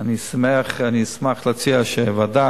שאני אשמח להציע ועדה.